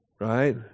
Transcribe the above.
right